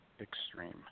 extreme